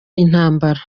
intambara